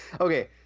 Okay